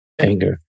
Anger